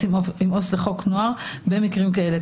עם עובד סוציאלי לחוק נוער במקרים האלה,